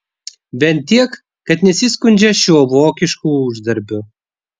bent tiek kad nesiskundžia šiuo vokišku uždarbiu